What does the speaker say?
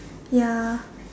ya